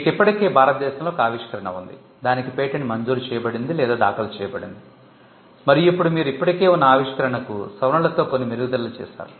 మీకు ఇప్పటికే భారతదేశంలో ఒక ఆవిష్కరణ ఉంది దానికి పేటెంట్ మంజూరు చేయబడింది లేదా దాఖలు చేయబడింది మరియు ఇప్పుడు మీరు ఇప్పటికే ఉన్న ఆవిష్కరణకు సవరణలతో కొన్ని మెరుగుదలలు చేశారు